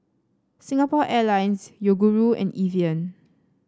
Singapore Airlines Yoguru and Evian